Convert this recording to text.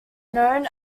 known